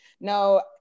no